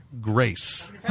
Grace